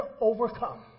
overcome